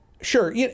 Sure